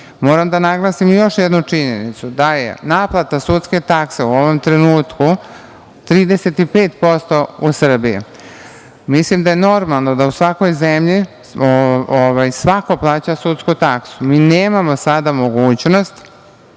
da naglasim još jednu činjenicu da je naplata sudske takse u ovom trenutku 35% u Srbiji. Mislim da je normalno da u svakoj zemlji svako plaća sudsku taksu. Mi nemamo sada mogućnost